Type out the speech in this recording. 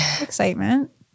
excitement